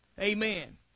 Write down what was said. Amen